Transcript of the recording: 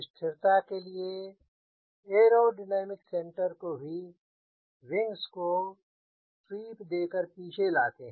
स्थिरता के लिए एयरोडायनेमिक केंद्र को भी विंग्स को स्वीप देकर पीछे लाते हैं